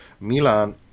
Milan